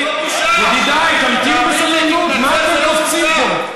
ידידיי, תמתינו בסבלנות, מה אתם קופצים פה?